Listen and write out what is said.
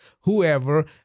whoever